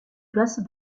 place